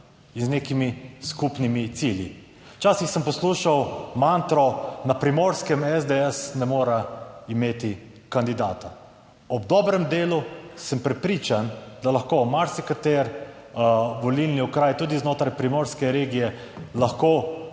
in z nekimi skupnimi cilji. Včasih sem poslušal mantro: na Primorskem SDS ne more imeti kandidata. Ob dobrem delu sem prepričan, da lahko marsikateri volilni okraj tudi znotraj primorske regije lahko